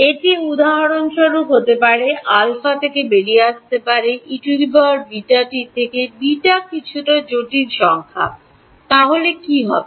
এটি উদাহরণস্বরূপ হতে পারে αথেকে বেরিয়ে আসতে পারে eβt যেখানে βকিছু জটিল সংখ্যা তাহলে কি হবে